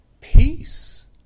peace